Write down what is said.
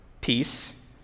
peace